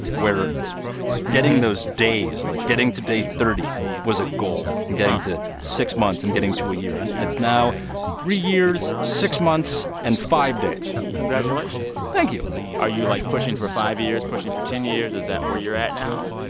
where getting those days like getting to day thirty was a goal and getting to six months and getting to a year. and it's now three years, six months and five days congratulations thank you are you, like, pushing for five years, pushing for ten years? is that where you're at now?